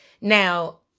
Now